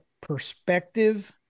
perspective